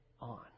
on